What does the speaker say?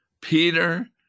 Peter